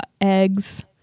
eggs